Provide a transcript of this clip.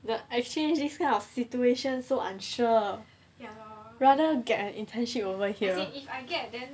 the exchange this kind of situation so unsure rather get an internship over here